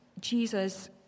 Jesus